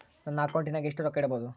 ನನ್ನ ಅಕೌಂಟಿನಾಗ ಎಷ್ಟು ರೊಕ್ಕ ಇಡಬಹುದು?